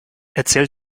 erzähl